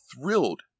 thrilled